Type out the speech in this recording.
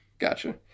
Gotcha